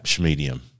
medium